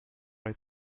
est